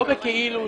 לא בכאילו.